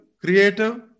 creative